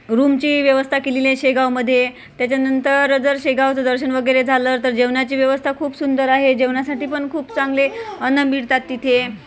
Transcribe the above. रूमची व्यवस्था केलेली आहे शेगावमधे त्याच्यानंतर जर शेगावचं दर्शन वगैरे झालं तर जेवणाची व्यवस्था खूप सुंदर आहे जेवणासाठी पण खूप चांगले अन्न मिळतात तिथे